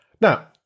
Now